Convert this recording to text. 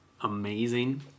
amazing